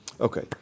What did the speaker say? Okay